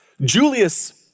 Julius